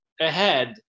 ahead